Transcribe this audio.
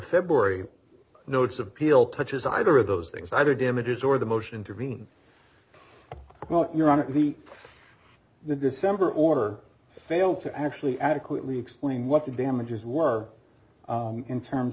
february notes appeal touches either of those things either damages or the motion intervene well you're on the the december order failed to actually adequately explain what the damages were in terms